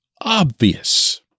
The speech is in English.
obvious